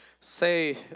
say